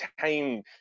time